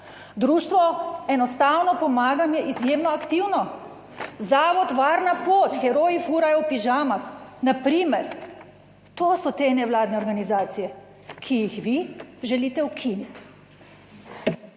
društvo, enostavno pomagam, je izjemno aktivno, Zavod Varna pot, Heroji furajo v pižamah na primer, to so te nevladne organizacije, ki jih vi želite ukiniti.